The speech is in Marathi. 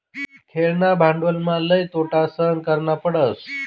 खेळणा भांडवलमा लई तोटा सहन करना पडस